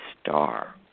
star